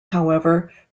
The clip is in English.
however